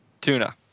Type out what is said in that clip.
tuna